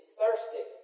thirsty